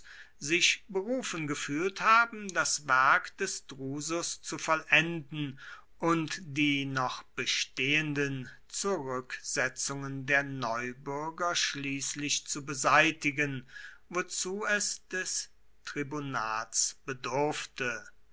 sich berufen gefühlt haben das werk des drusus zu vollenden und die noch bestehenden zurücksetzungen der neubürger schließlich zu beseitigen wozu er des tribunats bedurfte